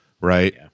Right